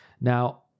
Now